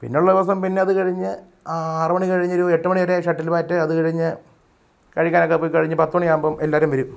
പിന്നെയുള്ള ദിവസം പിന്നെ അത് കഴിഞ്ഞ് ആറുമണി കഴിഞ്ഞ് ഒരു എട്ടുമണി വരെ ഷട്ടിൽ ബാറ്റ് അത് കഴിഞ്ഞ് കഴിക്കാനൊക്കെ പോയി കഴിഞ്ഞ് പത്ത് മണിയാകുമ്പം എല്ലാവരും വരും